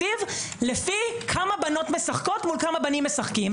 שאגיד בכנות שהן הדלק שלי ובשביל זה אני נלחמת,